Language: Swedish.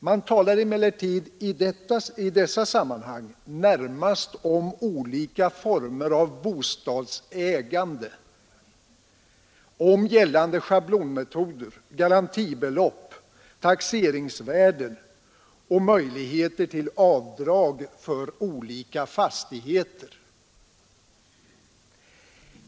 Man talar emellertid i detta sammanhang närmast om olika former av bostadsägande, om gällande schablonmetoder, garantibelopp, taxeringsvärden och möjligheter till avdrag för olika fastigheter.